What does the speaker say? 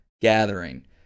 gathering